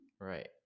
Right